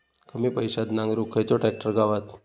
कमी पैशात नांगरुक खयचो ट्रॅक्टर गावात?